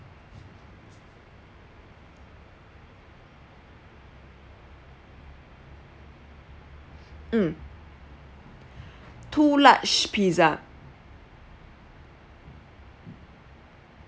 mm two large pizza